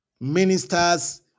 ministers